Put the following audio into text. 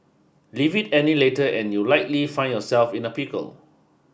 leave it any later and you'll likely find yourself in a pickle